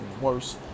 worse